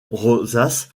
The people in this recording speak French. rosace